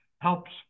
helps